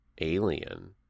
alien